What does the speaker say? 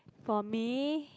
for me